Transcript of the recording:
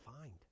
find